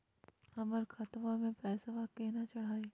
हमर खतवा मे पैसवा केना चढाई?